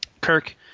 kirk